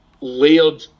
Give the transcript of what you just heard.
layered